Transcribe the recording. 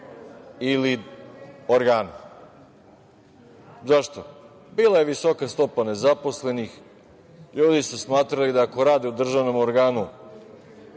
ili organu. Zašto? Bila je visoka stopa nezaposlenih, ljudi su smatrali da ako rade u državnom organu